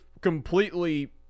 completely